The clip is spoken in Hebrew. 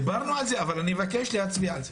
דיברנו על זה אז אני מבקש להצביע על זה.